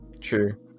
true